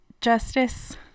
justice